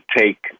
take